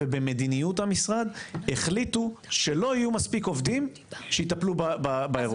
ובמדיניות המשרד החליטו שלא יהיו מספיק עובדים שיטפלו באירוע הזה,